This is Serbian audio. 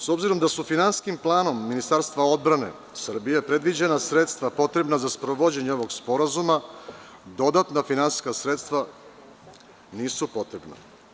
S obzirom da su finansijskim planom Ministarstva odbrane Srbije predviđena sredstva potrebna za sprovođenje ovog sporazuma, dodatna finansijska sredstva nisu potrebna.